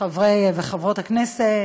חברי וחברות הכנסת,